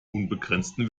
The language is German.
unbegrenzten